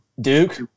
Duke